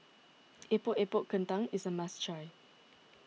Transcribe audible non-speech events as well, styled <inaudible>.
<noise> Epok Epok Kentang is a must try